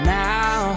now